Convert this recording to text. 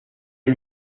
del